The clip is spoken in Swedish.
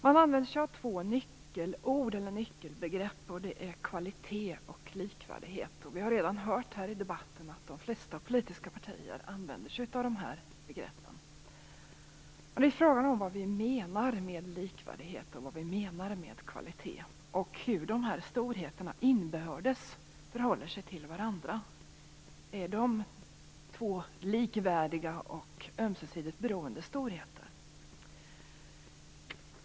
Man använder sig av två nyckelbegrepp: kvalitet och likvärdighet. Vi har redan hört här i debatten att de flesta politiska partier använder sig av dessa begrepp. Men frågan är vad vi menar med likvärdighet och kvalitet och hur dessa storheter inbördes förhåller sig till varandra. Är de två likvärdiga och ömsesidigt beroende storheter?